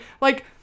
Like-